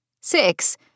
Six